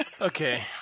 Okay